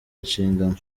inshingano